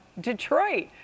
Detroit